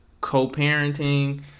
co-parenting